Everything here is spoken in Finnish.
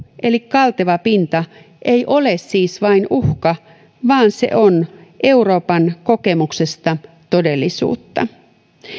eli kalteva pinta ei siis ole vain uhka vaan se on euroopan kokemuksesta todellisuutta